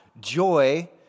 joy